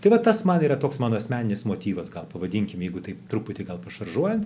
tai vat tas man yra toks mano asmeninis motyvas gal pavadinkim jeigu taip truputį gal pašaržuojant